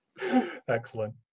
excellent